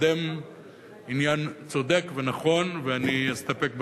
ומקדם עניין צודק ונכון, ואני אסתפק בכך.